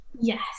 Yes